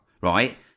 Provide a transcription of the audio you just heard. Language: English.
right